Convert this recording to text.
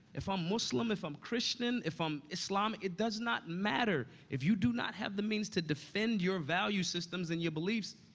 if i'm muslim, if i'm christian, if i'm islamic, it does not matter. if you do not have the means to defend your value systems and your beliefs,